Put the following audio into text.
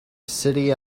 city